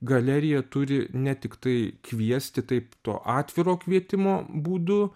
galerija turi ne tiktai kviesti taip to atviro kvietimo būdu